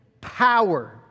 power